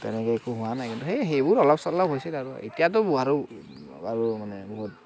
তেনেকে একো হোৱা নাই কিন্তু সেই সেইবোৰ অলপ ছলপ হৈছিল আৰু এতিয়াতো আৰু আৰু মানে বহুত